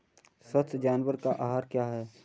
स्वस्थ जानवर का आहार क्या है?